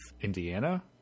Indiana